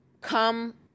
come